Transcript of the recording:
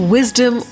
Wisdom